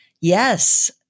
Yes